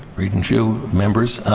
regent hsu, members.